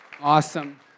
Awesome